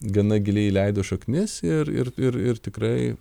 gana giliai įleido šaknis ir ir ir ir tikrai